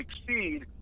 succeed